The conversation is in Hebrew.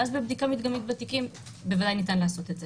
ואז בבדיקה מדגמית בתיקים בוודאי ניתן לעשות את זה.